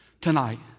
tonight